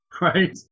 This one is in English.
Right